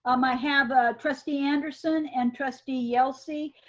um i have ah trustee anderson and trustee yelsey.